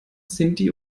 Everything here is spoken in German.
sinti